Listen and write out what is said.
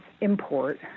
import